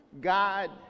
god